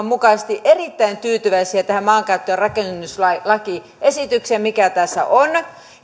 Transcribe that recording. mukaisesti erittäin tyytyväisiä tähän maankäyttö ja rakennuslakiesitykseen mikä tässä on